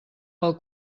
pel